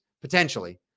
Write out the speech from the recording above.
Potentially